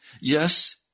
Yes